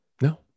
No